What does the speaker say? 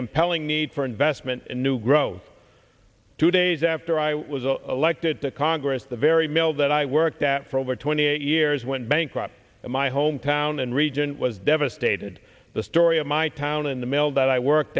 compelling need for investment in new growth two days after i was a elected to congress the very mill that i worked at for over twenty eight years went bankrupt in my home town and region was devastated the story of my town and the mill that i work